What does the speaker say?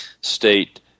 state